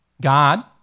God